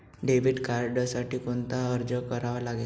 Debit कार्डसाठी कोणता अर्ज करावा लागेल?